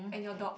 and your dog